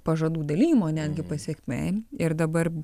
pažadų dalijimo netgi pasekmė ir dabar